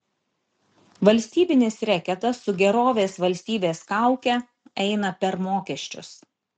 valstybinis reketas su gerovės valstybės kauke eina per mokesčius